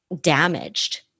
damaged